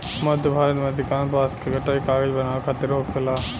मध्य भारत में अधिकांश बांस के कटाई कागज बनावे खातिर होखेला